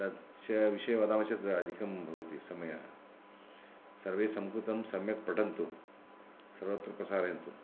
तस्य विषये वदामः चेत् अधिकं भवति समयः सर्वे संस्कृतं सम्यक् पठन्तु सर्वत्र प्रसारयन्तु